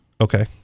Okay